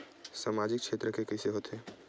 सामजिक क्षेत्र के कइसे होथे?